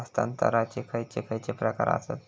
हस्तांतराचे खयचे खयचे प्रकार आसत?